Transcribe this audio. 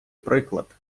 приклад